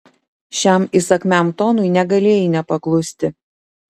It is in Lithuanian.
šiam įsakmiam tonui negalėjai nepaklusti